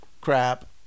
crap